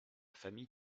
famille